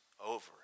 over